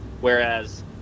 Whereas